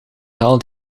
taal